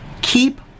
keep